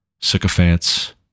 sycophants